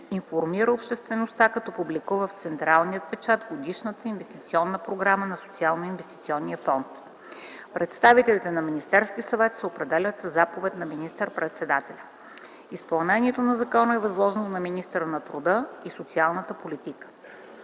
информира обществеността, като публикува в централния печат годишната инвестиционна програма на Социалноинвестиционния фонд. Представителите на Министерския съвет се определят със заповед на министър-председателя. Изпълнението на закона е възложено на министъра на труда и социалната политика.